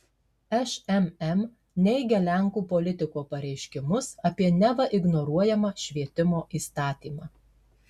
šmm neigia lenkų politiko pareiškimus apie neva ignoruojamą švietimo įstatymą